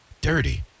Dirty